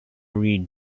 read